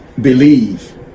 believe